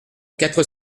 quatre